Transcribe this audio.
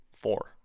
four